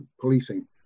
policing